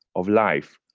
of life,